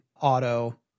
auto